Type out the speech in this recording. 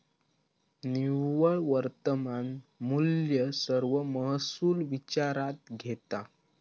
निव्वळ वर्तमान मुल्य सर्व महसुल विचारात घेता